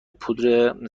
پودر